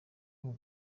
call